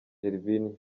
gervinho